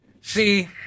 See